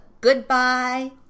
goodbye